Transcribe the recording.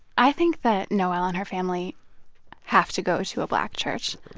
i think that noel and her family have to go to a black church,